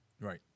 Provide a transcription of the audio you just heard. Right